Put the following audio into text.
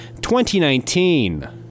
2019